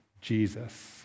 Jesus